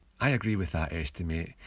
i agree with that estimate.